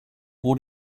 what